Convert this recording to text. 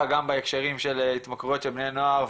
גם בהקשרים של התמכרויות של בני נוער,